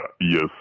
Yes